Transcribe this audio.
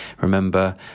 Remember